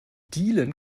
dielen